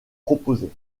proposée